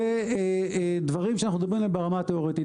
אלה דברים שאנחנו מדברים עליהם ברמה התיאורטית.